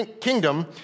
kingdom